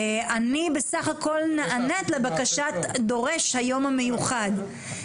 אני בסך הכול נענית לבקשת דורש היום המיוחד.